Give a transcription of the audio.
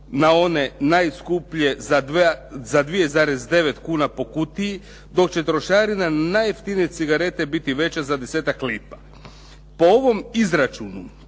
na one najskuplje za 2,9 kuna po kutiji, dok će trošarina na najjeftinije cigarete biti veća za desetak lipa. Po ovom izračunu,